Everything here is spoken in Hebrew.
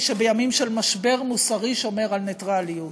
שבימים של משבר מוסרי שומר על נייטרליות.